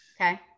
Okay